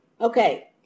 Okay